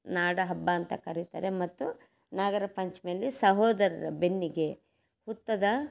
ನಾಡ ಹಬ್ಬಾಂತ ಕರೀತಾರೆ ಮತ್ತು ನಾಗರ ಪಂಚಮಿಯಲ್ಲಿ ಸಹೋದರರ ಬೆನ್ನಿಗೆ ಹುತ್ತದ